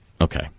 Okay